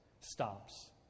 stops